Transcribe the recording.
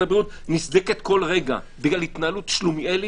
הבריאות נסדקת כל רגע בגלל התנהלות שלומילאית,